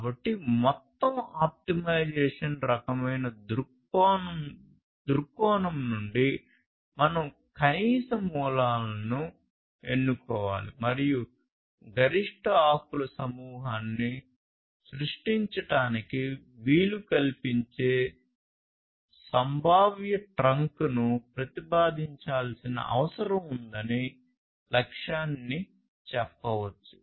కాబట్టి మొత్తం ఆప్టిమైజేషన్ రకమైన దృక్కోణం నుండి మనం కనీస మూలాలను సృష్టించడానికి వీలు కల్పించే సంభావ్య ట్రంక్ను ప్రతిపాదించాల్సిన అవసరం ఉందని లక్ష్యాన్ని చెప్పవచ్చు